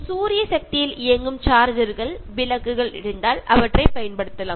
solar power ചാർജറുകളോ solar power വിളക്കുകളോ ഒക്കെ ഉണ്ടെങ്കിൽ അത് ഉപയോഗിക്കാവുന്നതാണ്